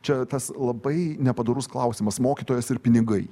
čia tas labai nepadorus klausimas mokytojas ir pinigai